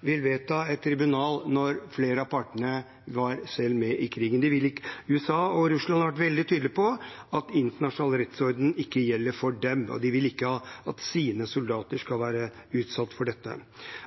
vil vedta et tribunal når flere av partene selv var med i krigen. USA og Russland har vært veldig tydelige på at internasjonal rettsorden ikke gjelder for dem, og de vil ikke at sine soldater skal være utsatt for dette.